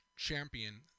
champion